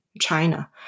China